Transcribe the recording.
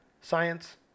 science